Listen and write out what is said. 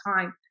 time